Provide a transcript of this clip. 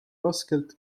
raskelt